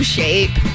shape